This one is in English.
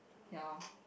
ya lor